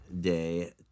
Day